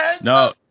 No